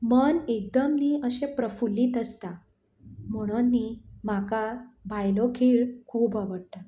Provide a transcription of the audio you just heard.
मन एकदम न्ही अशें प्रफुल्लीत आसता म्होणोन न्ही म्हाका भायलो खेळ खूब आवडटा